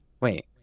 Wait